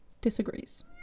disagrees